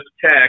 tech